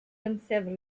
themselves